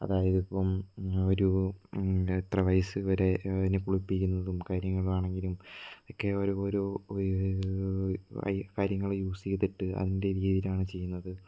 അതായത് ഇപ്പം ഒരു ഇത്ര വയസ്സുവരെ അതിനെ കുളിപ്പിക്കുന്നതും കാര്യങ്ങളാണെങ്കിലും അതൊക്കെ ഒരോരോ ഐ കാര്യങ്ങൾ യൂസ് ചെയ്തിട്ട് അതിന്റെ രീതിയിലാണ് ചെയ്യുന്നത്